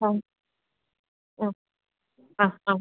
ആ ആ ആ ആ